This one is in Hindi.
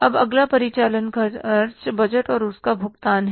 अब अगला परिचालन खर्च बजट और उनका भुगतान है